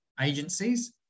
agencies